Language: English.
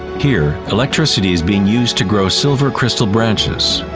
here, electricity is being used to grow silver crystal branches.